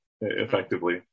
effectively